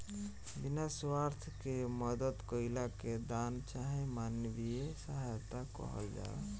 बिना स्वार्थ के मदद कईला के दान चाहे मानवीय सहायता कहल जाला